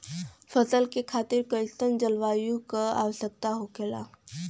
फसल के लिए कईसन जलवायु का आवश्यकता हो खेला?